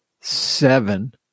seven